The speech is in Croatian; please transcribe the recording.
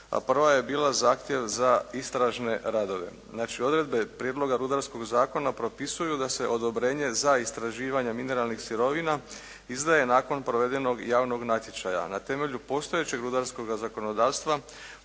prva je bila zahtjev za istražne radove. Znači odredbe Prijedloga rudarskog zakona propisuju da se odobrenje za istraživanja mineralnih sirovina izdaje nakon provedenog javnog natječaja. Na temelju postojećeg rudarskoga zakonodavstva